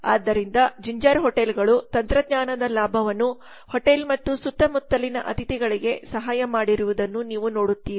ಆದ್ದರಿಂದ ಜಿಂಜರ್ ಹೋಟೆಲ್ಗಳು ತಂತ್ರಜ್ಞಾನದ ಲಾಭವನ್ನು ಹೋಟೆಲ್ ಮತ್ತು ಸುತ್ತಮುತ್ತಲಿನ ಅತಿಥಿಗಳಿಗೆ ಸಹಾಯ ಮಾಡಿರುವುದನ್ನು ನೀವು ನೋಡುತ್ತೀರಿ